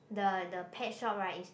the the pet shop right is